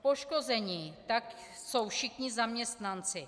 Poškození tak jsou všichni zaměstnanci.